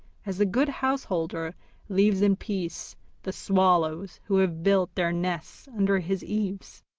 as a good householder leaves in peace the swallows who have built their nests under his eaves.